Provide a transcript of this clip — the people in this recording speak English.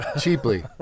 Cheaply